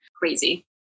Crazy